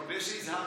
מודה שהזהרת.